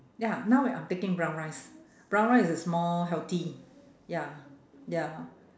ya now we I'm taking brown rice brown rice is more healthy ya ya